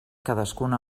cadascuna